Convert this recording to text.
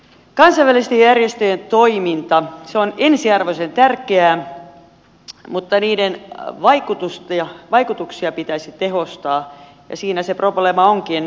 kansainvälisten järjestöjen toiminta on ensiarvoisen tärkeää mutta niiden vaikutuksia pitäisi tehostaa ja siinä se probleema onkin millä